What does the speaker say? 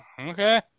Okay